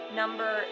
number